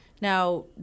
Now